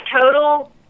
total